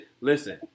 listen